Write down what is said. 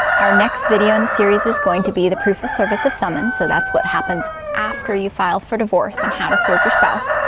our next video in the series is going to be the proof of service of summons so that's what happens after you file for divorce and how to serve your spouse,